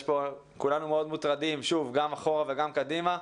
כולנו מאוד מוטרדים גם אחורה וגם קדימה.